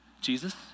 Jesus